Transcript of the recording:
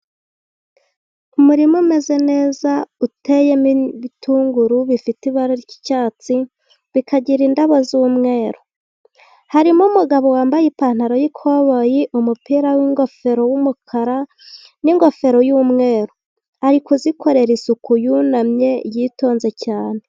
Umurima umeze neza uteyemo ibitunguru bifite ibara ry'icyatsi, bikagira indabo z'umweru, harimo umugabo wambaye ipantaro y'ikoboyi, umupira w'ingofero w'umukara n'ingofero y'umweru, ari kuzikorera isuku yunamye yitonze cyane.